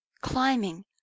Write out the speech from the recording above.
climbing